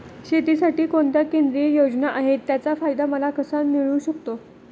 शेतीसाठी कोणत्या केंद्रिय योजना आहेत, त्याचा फायदा मला कसा मिळू शकतो?